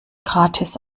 gratis